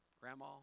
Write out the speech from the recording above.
grandma